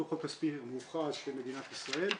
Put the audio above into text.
הדוח הכספי של מדינת ישראל,